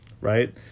right